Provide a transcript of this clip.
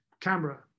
camera